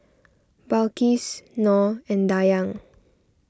Balqis Nor and Dayang